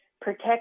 protect